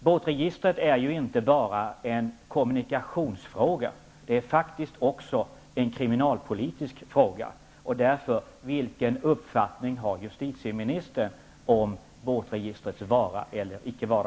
Båtregistret är ju inte bara en kommunikationsfråga, utan det är faktiskt också en kriminalpolitisk fråga. Vilken uppfattning har justitieministern om båtregistrets vara eller icke vara?